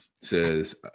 says